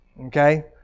Okay